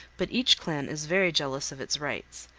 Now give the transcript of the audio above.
but each clan is very jealous of its rights,